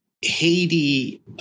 Haiti